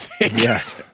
yes